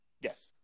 Yes